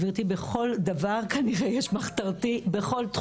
גבירתי, בכל דבר כנראה יש מחתרתי, בכל תחום.